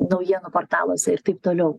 naujienų portaluose ir taip toliau